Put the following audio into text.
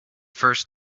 first